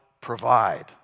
provide